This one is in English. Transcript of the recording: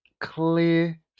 clear